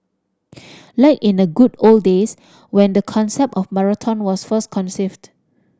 like in the good old days when the concept of marathon was first conceived